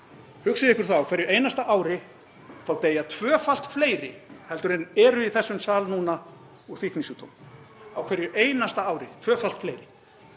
Hugsið ykkur það að á hverju einasta ári deyja tvöfalt fleiri heldur en eru í þessum sal núna úr fíknisjúkdómi, á hverju einasta ári tvöfalt fleiri.